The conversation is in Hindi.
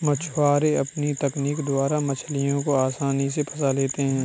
मछुआरे अपनी तकनीक द्वारा मछलियों को आसानी से फंसा लेते हैं